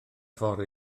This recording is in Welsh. ffordd